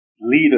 leader